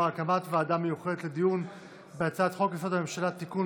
הקמת ועדה מיוחדת לדיון בהצעת חוק-יסוד: הממשלה (תיקון,